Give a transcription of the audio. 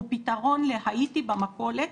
הוא פתרון להייתי במכולת,